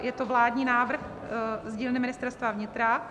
Je to vládní návrh z dílny Ministerstva vnitra.